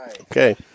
Okay